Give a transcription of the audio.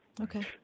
Okay